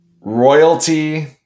royalty